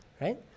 Right